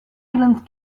island